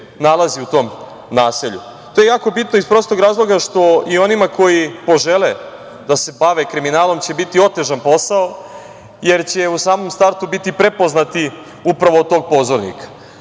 nalazi u tom naselju. To je jako bitno iz prostog razloga što i onima koji požele da se bave kriminalom će biti otežan posao, jer će u samom startu biti prepoznati upravo od tog pozornika. Druga